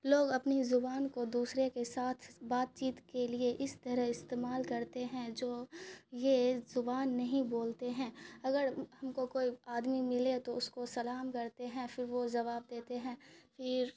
لوگ اپنی زبان کو دوسرے کے ساتھ بات چیت کے لیے اس طرح استعمال کرتے ہیں جو یہ ایک زبان نہیں بولتے ہیں اگر ان کو کوئی آدمی ملے تو اس کو سلام کرتے ہیں پھر وہ جواب دیتے ہیں پھر